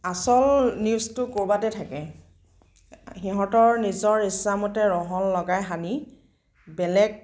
আচল নিউজটো ক'ৰবাতে থাকে সিহঁতৰ নিজৰ ইচ্ছামতে ৰহণ লগাই সানি বেলেগ